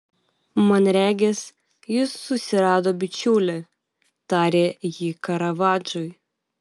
man regis jis susirado bičiulį tarė ji karavadžui